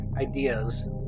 ideas